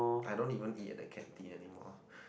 I don't even eat at the canteen anymore